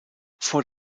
vor